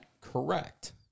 correct